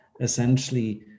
essentially